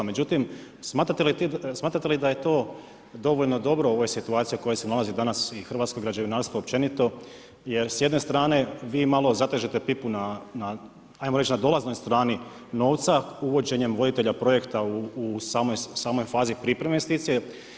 Međutim, smatrate li da je to dovoljno dobro u ovoj situaciji u kojoj se nalazi danas i hrvatsko građevinarstvo općenito jer s jedne strane vi malo zatežete pipu na ajmo reći na dolaznoj strani novca uvođenjem voditelja projekta u samoj fazi pripreme investicije.